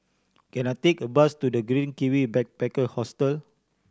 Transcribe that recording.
can I take a bus to The Green Kiwi Backpacker Hostel